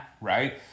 Right